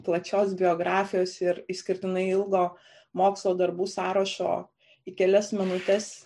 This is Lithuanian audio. plačios biografijos ir išskirtinai ilgo mokslo darbų sąrašo į kelias minutes